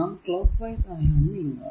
നാം clockwise ആയാണ് നീങ്ങുക